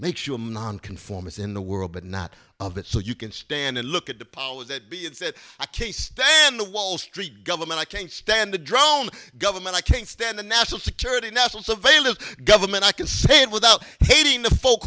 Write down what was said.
makes you a non conformist in the world but not of it so you can stand and look at the powers that be and said i can't stand the wall street government i can't stand the drone government i can't stand the national security national surveillance government i can say it without hating the folks